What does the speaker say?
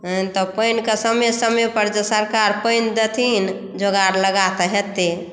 एहन तऽ पानिकेँ समय समय पर जंँ सरकार पानि देथिन जोगाड़ लगा तऽ हेतै